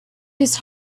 his